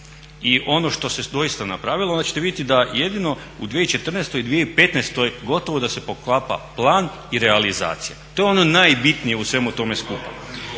i ono što se doista napravilo onda ćete vidjeti da jedino u 2014. i 2015. gotovo da se poklapa plan i realizacija. To je ono najbitnije u svemu tome skupa.